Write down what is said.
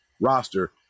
roster